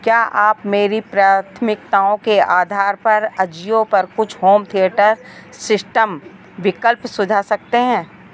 क्या आप मेरी प्राथमिकताओं के आधार पर ऑजियो पर कुछ होम थिएटर सिस्टम विकल्प सुझा सकते हैं